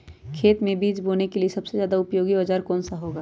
खेत मै बीज बोने के लिए सबसे ज्यादा उपयोगी औजार कौन सा होगा?